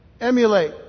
emulate